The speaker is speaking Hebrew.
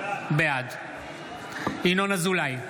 בעד ינון אזולאי,